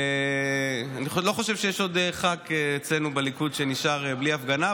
אני לא חושב שיש עוד חבר כנסת אצלנו בליכוד שנשאר בלי הפגנה,